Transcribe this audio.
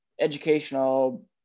educational